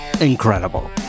incredible